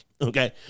okay